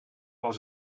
was